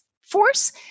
force